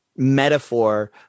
metaphor